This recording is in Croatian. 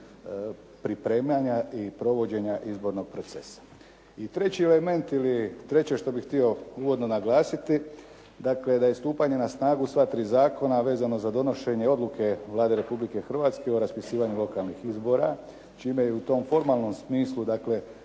pripremanja i provođenja izbornog procesa. I treći element ili treće što bih htio uvodno naglasiti, dakle da je stupanje na snagu sva tri zakona vezano za donošenje odluke Vlade Republike Hrvatske o raspisivanju lokalnih izbora čime u tom formalnom smislu